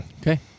Okay